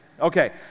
okay